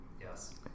Yes